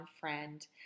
friend